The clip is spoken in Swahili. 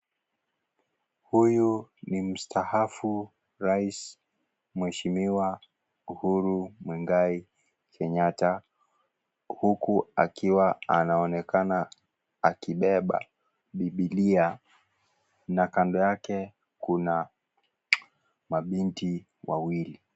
Huyu ni mustahafu rais mheshimiwa Uhuru Muigai Kenyatta, huku akiwa anaonekana akiwa akibeba bibilia na kando yake kuna mabinti wawili.